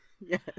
yes